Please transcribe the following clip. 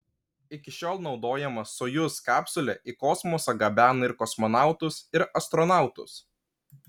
iki šiol naudojama sojuz kapsulė į kosmosą gabena ir kosmonautus ir astronautus